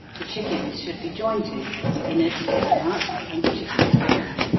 the chickens should be jointed, the inwards taken out, and the chickens washed.